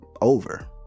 over